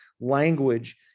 language